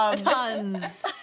tons